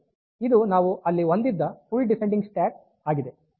ಇದು ನಾವು ಅಲ್ಲಿ ಹೊಂದಿದ್ದ ಫುಲ್ ಡಿಸೆಂಡಿಂಗ್ ಸ್ಟ್ಯಾಕ್ ಆಗಿದೆ